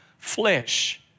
Flesh